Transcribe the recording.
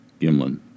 Gimlin